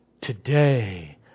Today